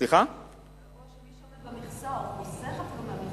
או שמי שעומד במכסה או אפילו חוסך מהמכסה,